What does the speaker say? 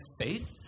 faith